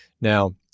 Now